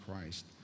Christ